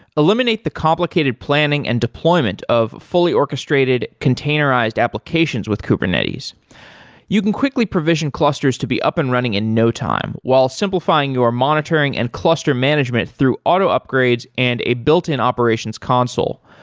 eliminate the complicated planning and deployment of fully orchestrated containerized applications with kubernetes you can quickly provision clusters to be up and running in no time, while simplifying your monitoring and cluster management through auto upgrades and a built-in operations console.